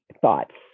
thoughts